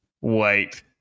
Wait